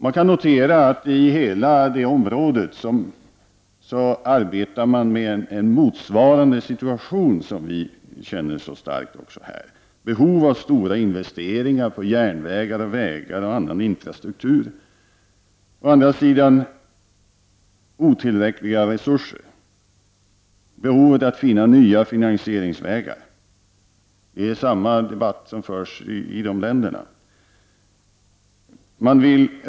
Man kan notera att i hela området arbetar man med en motsvarande situation som vi så starkt känner också här: behov av stora investeringar på järnvägar och vägar och annan infrastruktur. Å andra sidan har man överallt otillräckliga resurser och behov att finna nya finansieringsvägar. Samma debatt förs i alla dessa länder.